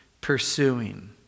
pursuing